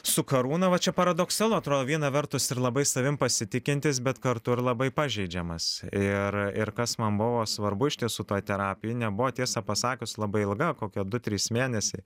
su karūna va čia paradoksalu atro viena vertus ir labai savim pasitikintis bet kartu ir labai pažeidžiamas ir ir kas man buvo svarbu iš tiesų ta terapija nebuvo tiesą pasakius labai ilga kokie du trys mėnesiai